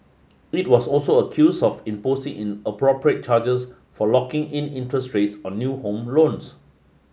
it was also accuse of imposing inappropriate charges for locking in interest rates on new home loans